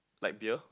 like beer